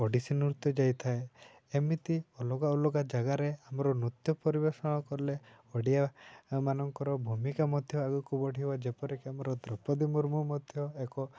ଓଡ଼ିଶୀ ନୃତ୍ୟ ଯାଇଥାଏ ଏମିତି ଅଲଗା ଅଲଗା ଜାଗାରେ ଆମର ନୃତ୍ୟ ପରିବେଷଣ କଲେ ଓଡ଼ିଆମାନଙ୍କର ଭୂମିକା ମଧ୍ୟ ଆଗକୁ ବଢ଼ିବା ଯେପରିକି ଆମର ଦ୍ରୌପଦୀ ମୂର୍ମୁ ମଧ୍ୟ ଏକ